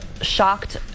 shocked